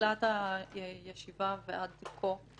מתחילת הישיבה ועד כה.